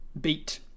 beat